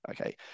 okay